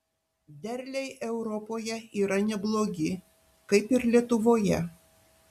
derliai europoje yra neblogi kaip ir lietuvoje